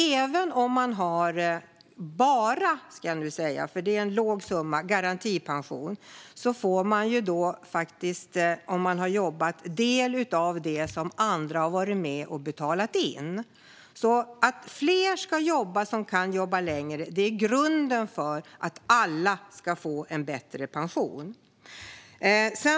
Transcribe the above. Även om man bara har garantipension, och det är en låg summa, får man faktiskt, om man har jobbat, del av det som andra har varit med och betalat in. Att fler som kan jobba längre ska göra det är alltså grunden för att alla ska få en bättre pension.